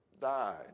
died